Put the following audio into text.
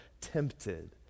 tempted